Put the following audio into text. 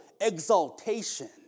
exaltation